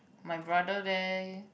my brother there